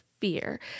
fear